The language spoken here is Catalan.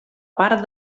part